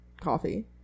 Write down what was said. coffee